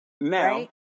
Now